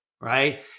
right